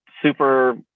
super